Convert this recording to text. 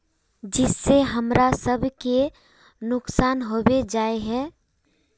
जिस से हमरा सब के नुकसान होबे जाय है?